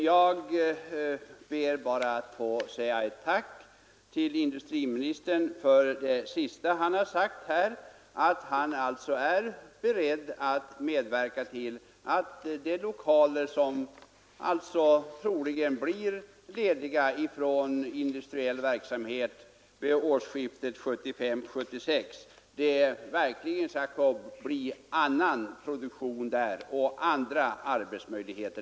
Jag ber bara att få säga tack till industriministern för det sista han sade, nämligen att han är beredd att medverka till att de lokaler som troligen blir lediga från årsskiftet 1975-1976 verkligen skall användas till annan produktion och andra arbetsmöjligheter.